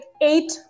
eight